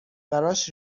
براش